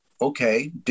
Okay